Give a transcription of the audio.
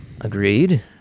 Agreed